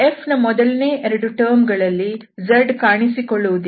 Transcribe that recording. f ನ ಮೊದಲನೇ 2 term ಗಳಲ್ಲಿ z ಕಾಣಿಸಿಕೊಳ್ಳುವುದಿಲ್ಲ